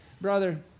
Brother